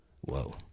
Whoa